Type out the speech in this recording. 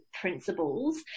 principles